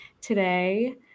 Today